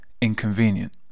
inconvenient